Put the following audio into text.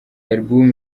album